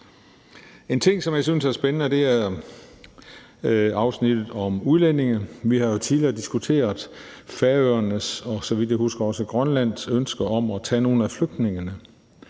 En ting, som jeg synes er spændende, er afsnittet om udlændinge. Vi har jo tidligere diskuteret Færøernes og – så vidt jeg husker – også Grønlands ønske om at tage nogle af flygtningene,